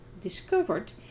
discovered